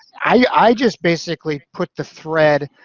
i just basically put the thread,